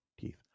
teeth